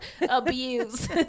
abuse